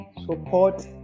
support